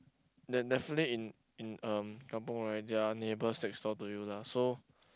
then definitely in in um kampung right there are neighbours next door to you lah so